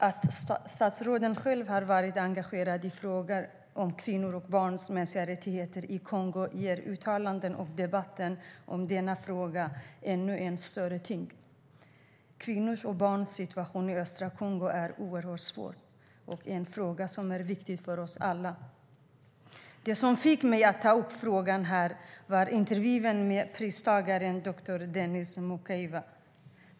Att statsrådet själv har varit engagerad i frågan om kvinnors och barns mänskliga rättigheter i Kongo ger uttalanden och den här debatten en ännu större tyngd. Kvinnors och barns situation i östra Kongo är oerhörd svår och mycket viktig för oss alla. Det som fick mig att ta upp frågan var en intervju med pristagaren doktor Denis Mukwege.